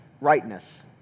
rightness